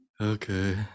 Okay